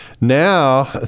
now